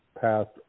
passed